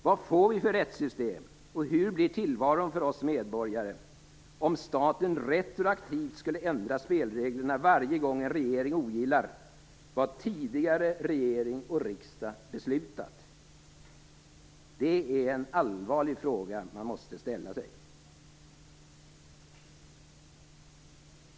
Vad får vi för rättssystem och hur blir tillvaron för oss medborgare om staten retroaktivt skulle ändra spelreglerna varje gång en regering ogillar vad tidigare regering och riksdag beslutat? Det är en allvarlig fråga man måste ställa sig.